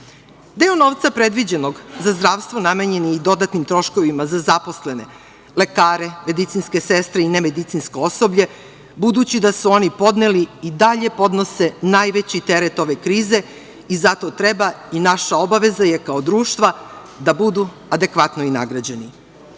novca predviđenog za zdravstvo namenjeni i dodatnim troškovima za zaposlene, lekare, medicinske sestre i nemedicinsko osoblje, budući da su oni podneli i dalje podnose najveći teret ove krize i zato treba i naša obaveza je kao društva da budu adekvatno i nagrađeni. Ovim